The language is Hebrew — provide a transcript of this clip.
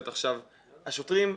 השוטרים,